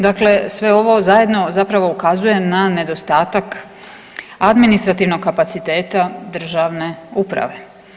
Dakle, sve ovo zajedno zapravo ukazuje na nedostatak administrativnog kapaciteta državne uprave.